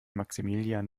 maximilian